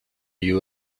you